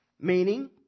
meaning